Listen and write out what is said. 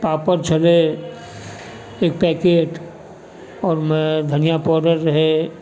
पापड़ छलै एक पैकेट ओहिमे धनिआँ पाउडर रहै